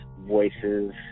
voices